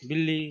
बिल्ली